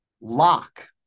lock